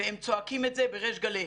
והם צועקים את זה ברייש גלי.